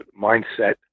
mindset